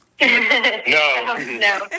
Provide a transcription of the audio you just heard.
No